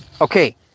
Okay